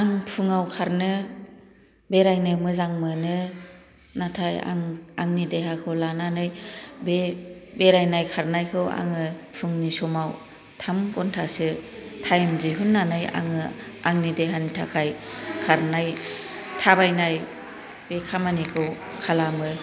आं फुङाव खारनो बेरायनो मोजां मोनो नाथाय आं आंनि देहाखौ लानानै बे बेरायनाय खारनायखौ आङो फुंनि समाव थाम घन्टासो टाइम दिहुननानै आङो आंनि देहानि थाखाय खारनाय थाबायनाय बे खामानिखौ खालामो